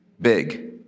big